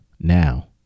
now